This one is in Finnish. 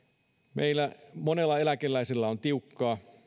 meillä on monella eläkeläisellä tiukkaa